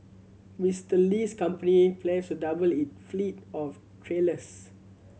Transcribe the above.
Mister Li's company plans to double it fleet of trailers